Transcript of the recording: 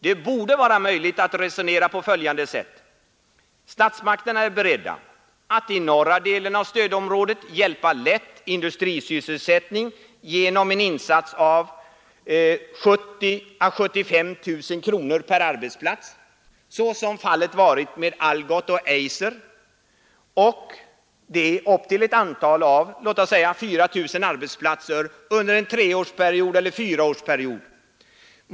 Det borde också vara möjligt att resonera på följande sätt: Statsmakterna är beredda att i norra delen av stödområdet hjälpa lätt industrisysselsättning genom en insats av 70 000 å 75 000 kronor per arbetsplats, såsom fallet varit med Algots och Eiser, upp till ett antal av låt oss säga 4 000 arbetsplatser under en treårsperiod eller fyraårsperiod.